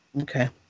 Okay